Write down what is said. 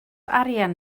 arian